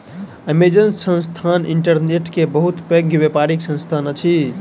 Amazon संस्थान internet के बहुत पैघ व्यापारिक संस्थान अछि